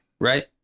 right